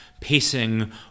pacing